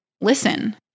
listen